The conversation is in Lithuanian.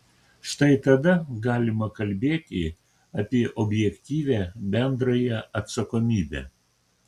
štai tada galima kalbėti apie objektyvią bendrąją atsakomybę